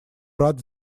рад